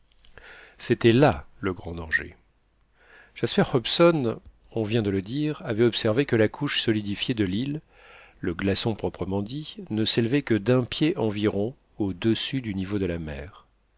c'était là le grand danger jasper hobson on vient de le dire avait observé que la couche solidifiée de l'île le glaçon proprement dit ne s'élevait que d'un pied environ au-dessus du niveau de la mer